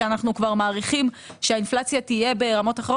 כשאנחנו כבר מעריכים שהאינפלציה תהיה ברמות אחרות